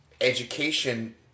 education